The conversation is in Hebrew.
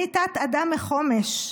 אני תת-אדם מחומש,